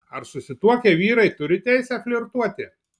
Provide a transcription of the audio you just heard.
ar susituokę vyrai turi teisę flirtuoti